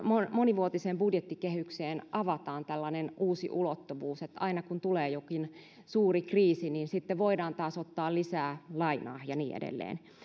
monivuotiseen budjettikehykseen avataan tällainen uusi ulottuvuus että aina kun tulee jokin suuri kriisi niin sitten voidaan taas ottaa lisää lainaa ja niin edelleen